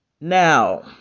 Now